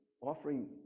offering